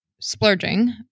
splurging